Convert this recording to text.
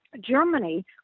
Germany